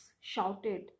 shouted